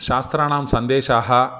शास्त्राणां सन्देशाः